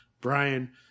Brian